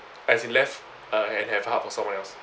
as in left uh and have heart for someone else